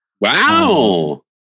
Wow